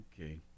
Okay